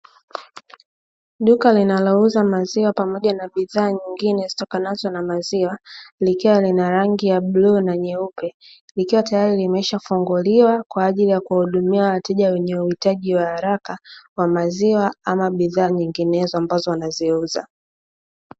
Duka linalouza maziwa pamoja na bidhaa nyingine zitokanazo na maziwa, likiwa linarangi ya bluu na nyeupe likiwa tayari limeshafunguliwa kwaajili ya kuwahudumia wateja wenye huitaji wa maziwa au bidhaa nyinginezo ambazo wanaziuza.